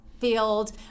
field